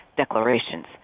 Declarations